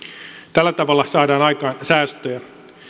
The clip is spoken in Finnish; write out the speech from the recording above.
tällä tavalla saadaan aikaan säästöjä